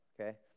okay